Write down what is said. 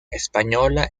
española